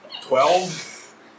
Twelve